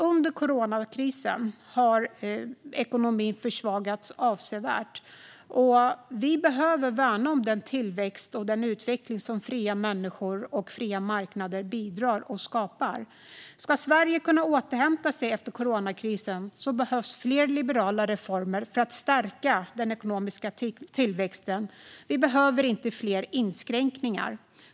Under coronakrisen har ekonomin försvagats avsevärt. Vi behöver värna om den tillväxt och den utveckling som fria människor och fria marknader skapar och bidrar till. Ska Sverige kunna återhämta sig efter coronakrisen behövs fler liberala reformer för att stärka den ekonomiska tillväxten. Vi behöver inte fler inskränkningar.